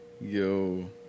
Yo